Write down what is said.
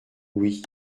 oui